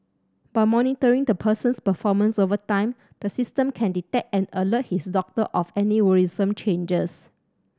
by monitoring the person's performance over time the system can detect and alert his doctor of any worrisome changes